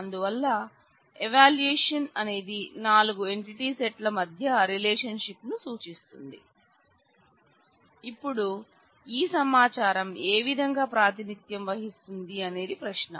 అందువల్ల ఎవాల్యూయేషన్ అనేది నాలుగు ఎంటిటీ సెట్ ల మధ్య రిలేషన్షిప్ ను సూచిస్తుంది ఇప్పుడు ఈ సమాచారం ఏవిధంగా ప్రాతినిధ్యం వహిస్తుంది అనేది ప్రశ్న